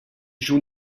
joue